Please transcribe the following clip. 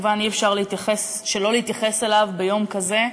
שכמובן אי-אפשר שלא להתייחס אליו ביום כזה.